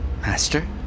Master